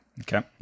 Okay